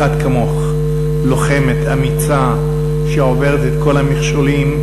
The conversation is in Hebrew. אחת כמוך, לוחמת אמיצה שעוברת את כל המכשולים,